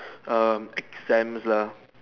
um exams lah